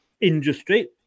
industry